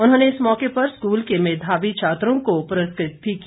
उन्होंने इस मौके पर स्कूल के मेधावी छात्रों को पुरस्कृत भी किया